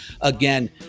Again